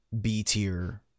B-tier